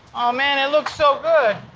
aw man. it looks so good!